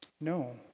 No